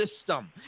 system